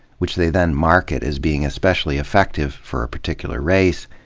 which they then market as being especially effective for a particular race,